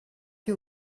you